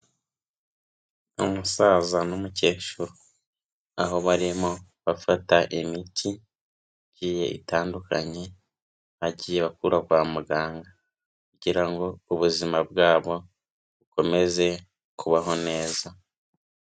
Umusaza n'umukecuru, aho barimo bafata imiti igiye itandukanye bagiye bakura kwa muganga, kugira ngo ubuzima bwabo bukomeze kubaho neza.